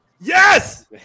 Yes